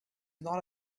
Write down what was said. not